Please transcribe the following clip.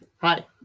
Hi